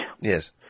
Yes